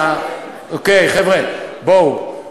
אוקיי, חבר'ה, בואו.